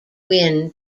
win